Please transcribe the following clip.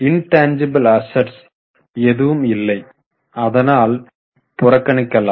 இன்டன்ஜீப்பில் assets எதுவும் இல்லை அதனால் புறக்கணிக்கலாம்